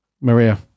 Maria